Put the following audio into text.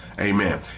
Amen